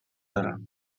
دارم